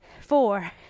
four